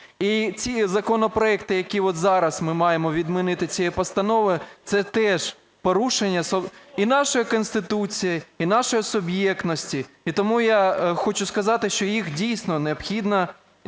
І ці законопроекти, які от зараз ми маємо відмінити цією постановою, це теж порушення і нашої Конституції, і нашої суб'єктності. І тому я хочу сказати, що їх дійсно необхідно